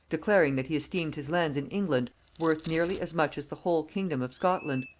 declaring that he esteemed his lands in england worth nearly as much as the whole kingdom of scotland,